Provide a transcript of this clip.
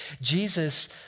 Jesus